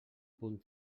punt